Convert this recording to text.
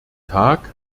tag